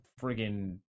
friggin